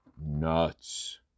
nuts